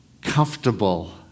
comfortable